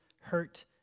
hurt